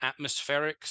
atmospherics